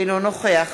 אינו נוכח